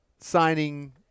signing